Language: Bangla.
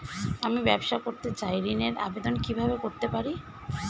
আমি ব্যবসা করতে চাই ঋণের আবেদন কিভাবে করতে পারি?